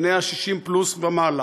בני ה-60 פלוס ומעלה.